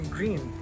Green